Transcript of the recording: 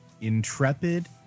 intrepid